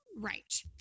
Right